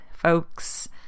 Folks